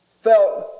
felt